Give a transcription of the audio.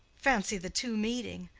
fancy the two meeting!